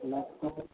ᱚᱱᱟ ᱠᱚᱦᱚᱸ